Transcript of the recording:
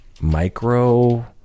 micro